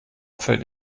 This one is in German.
fällt